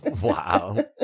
Wow